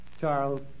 Charles